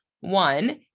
one